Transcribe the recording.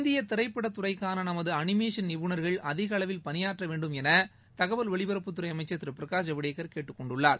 இந்தியத் திரைப்படத் துறைக்காக நமது அனிமேஷன் நிபுணர்கள் அதிக அளவில் பணியாற்ற வேண்டும் எள தகவல் ஒலிபரப்புத் துறை அமைச்சர் திரு பிரகாஷ் ஜவடேகர் கேட்டுக் கொண்டுள்ளார்